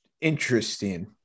Interesting